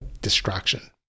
distraction